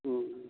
ᱦᱮᱸ